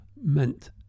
meant